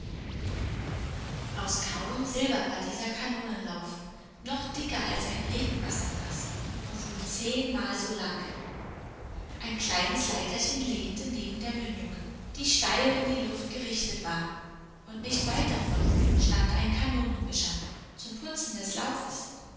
aus grauem silber war dieser kanonenlauf noch dicker als ein regenwasserfaß und wohl zehnmal so lang ein kleines leiterchen lehnte neben der mündung die steil in die luft gerichtet war und nicht weit davon stand ein kanonenwischer zum putzen des laufes